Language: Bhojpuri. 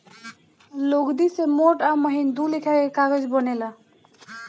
लुगदी से मोट आ महीन दू लेखा के कागज बनेला